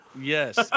Yes